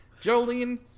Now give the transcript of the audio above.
Jolene